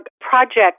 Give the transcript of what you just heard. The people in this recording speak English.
project